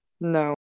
No